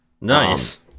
Nice